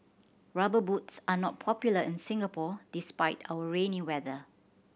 Rubber Boots are not popular in Singapore despite our rainy weather